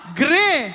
grey